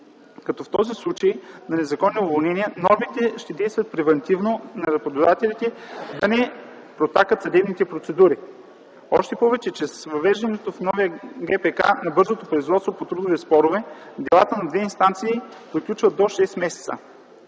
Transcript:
като в случаите на незаконни уволнения, нормите ще действат превантивно на работодателите да не протакат съдебните процедури. Още повече, че с въвеждането в новия Гражданскопроцесуален кодекс на бързото производство по трудови спорове, делата на две инстанции приключват до 6 месеца.